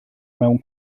mewn